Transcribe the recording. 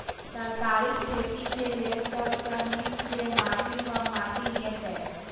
तरकारीक खेती केँ लेल सब सऽ नीक केँ माटि वा माटि हेतै?